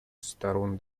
сторон